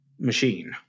Machine